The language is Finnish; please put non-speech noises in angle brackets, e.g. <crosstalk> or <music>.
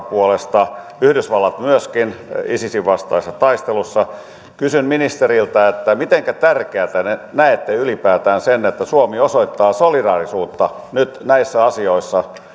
<unintelligible> puolesta yhdysvallat myöskin isisin vastaisessa taistelussa kysyn ministeriltä mitenkä tärkeänä näette ylipäätään sen että suomi osoittaa solidaarisuutta nyt näissä asioissa